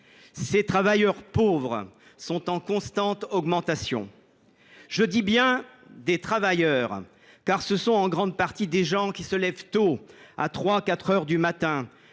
ces travailleurs pauvres est en constante augmentation. Je parle bien de travailleurs, car il s’agit en grande partie de gens qui se lèvent tôt, à trois ou quatre